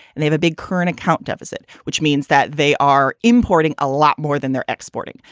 they've a big current account deficit, which means that they are importing a lot more than they're exporting.